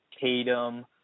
Tatum